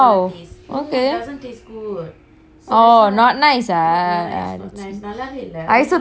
oh not nice ah I also thought so masala I thought you know happy already